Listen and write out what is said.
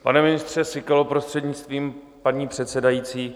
Pane ministře Síkelo, prostřednictvím paní předsedající.